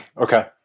Okay